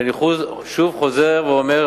ואני שוב חוזר ואומר,